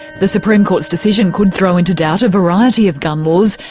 the supreme court's decision could throw into doubt a variety of gun laws,